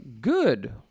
good